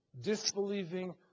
disbelieving